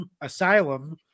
asylum